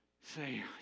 say